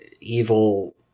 evil